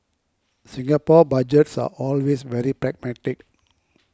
Singapore Budgets are always very pragmatic